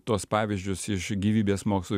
tuos pavyzdžius iš gyvybės mokslų